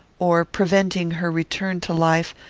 or preventing her return to life,